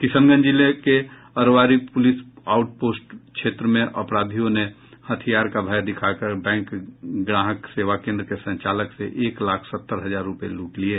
किशनगंज जिले के Arrawari police outpost क्षेत्र में अपराधियों ने हथियार का भय दिखाकर बैंक ग्राहक सेवा केन्द्र के संचालक से एक लाख सत्तर हजार रूपये लूट लिये